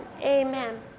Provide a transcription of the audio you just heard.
Amen